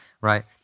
right